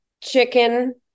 chicken